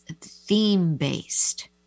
theme-based